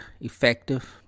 effective